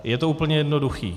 Je to úplně jednoduché.